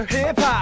Hip-Hop